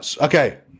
Okay